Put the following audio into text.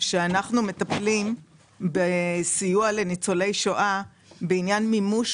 שאנחנו מטפלים בסיוע לניצולי שואה בעניין מימוש